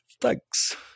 thanks